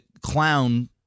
clown